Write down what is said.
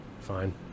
fine